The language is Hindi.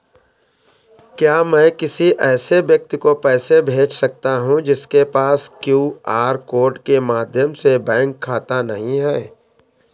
क्या मैं किसी ऐसे व्यक्ति को पैसे भेज सकता हूँ जिसके पास क्यू.आर कोड के माध्यम से बैंक खाता नहीं है?